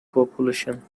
population